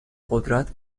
قدرت